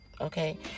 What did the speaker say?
okay